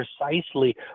precisely